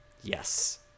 Yes